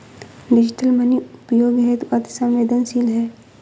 digital money उपयोग हेतु अति सवेंदनशील है